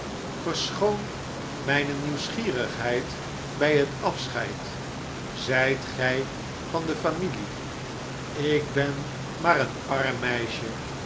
verschoon mijne nieuwsgierigheid bij het afscheid zijt gij van de familie ik ben maar een arm meisje